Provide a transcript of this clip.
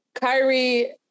Kyrie